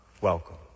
welcome